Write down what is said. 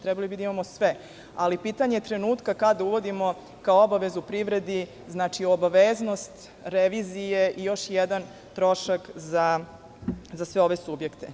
Trebalo bi da imamo sve, ali pitanje je trenutka kada uvodimo, kao obavezu u privredi, obaveznost revizije i još jedan trošak za sve ove subjekte.